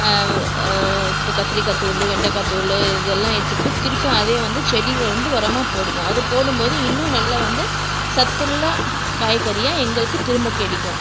இப்போ கத்திரிக்காய் தோல் வெண்டக்காய் தோல் இது எல்லாம் எடுத்துகிட்டு போய் திரும்ப அதே வந்து செடிங்களுக்கு வந்து உரமா போடுவோம் அது போடும்போது இன்னும் நல்லா வந்து சத்துள்ள காய்கறியாக எங்களுக்கு திரும்ப கிடைக்கும்